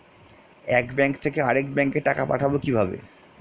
এক ব্যাংক থেকে আরেক ব্যাংকে টাকা পাঠাবো কিভাবে?